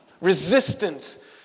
resistance